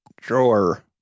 Drawer